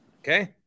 Okay